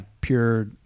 pure